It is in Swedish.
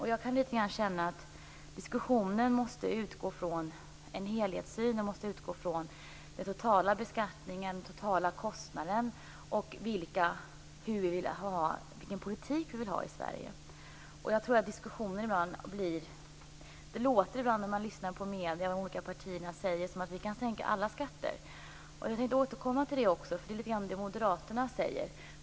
Jag kan känna lite grann att diskussionen måste utgå från en helhetssyn, från den totala beskattningen, den totala kostnaden och frågan om vilken politik vi vill ha i Sverige. Det låter ibland när man lyssnar på de olika partierna och medierna som att vi kan sänka alla skatter. Jag skall återkomma till det, därför att det är lite av det som moderaterna säger.